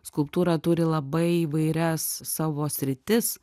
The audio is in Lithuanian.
skulptūra turi labai įvairias savo sritis